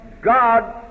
God